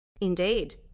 Indeed